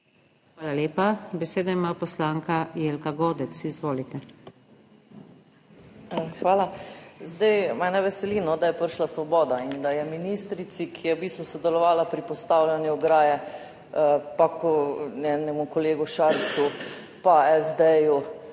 Hvala lepa. Besedo ima poslanka Jelka Godec, izvolite. **JELKA GODEC (PS SDS):** Hvala. Zdaj mene veseli no, da je prišla svoboda in da je ministrici, ki je v bistvu sodelovala pri postavljanju ograje, pa njemu kolegu Šarcu pa SD-ju